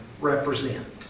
represent